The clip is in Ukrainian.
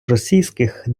російських